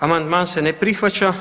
Amandman se ne prihvaća.